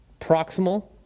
proximal